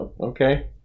Okay